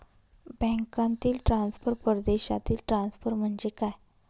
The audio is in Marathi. बँकांतील ट्रान्सफर, परदेशातील ट्रान्सफर म्हणजे काय?